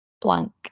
blank